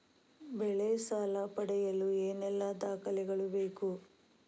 ಬೆಳೆ ಸಾಲ ಪಡೆಯಲು ಏನೆಲ್ಲಾ ದಾಖಲೆಗಳು ಬೇಕು?